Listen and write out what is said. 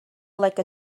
like